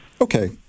Okay